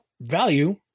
value